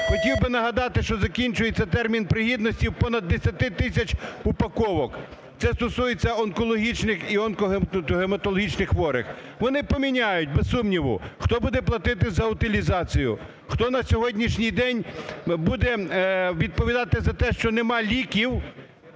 Хотів би нагадати, що закінчується термін пригідності в понад 10 тисячах упаковок. Це стосується онкологічних і онкогематологічних хворих. Вони поміняють, без сумніву, хто буде платити за утилізацію, хто на сьогоднішній день буде відповідати за те, що немає ліків,